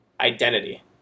identity